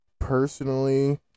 personally